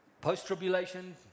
Post-tribulation